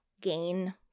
gain